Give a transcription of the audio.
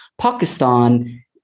Pakistan